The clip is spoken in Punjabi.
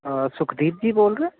ਸੁਖਦੀਪ ਜੀ ਬੋਲ ਰਹੇ